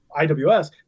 iws